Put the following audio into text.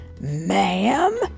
Ma'am